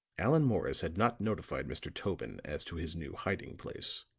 allan morris had not notified mr. tobin as to his new hiding-place.